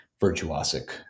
virtuosic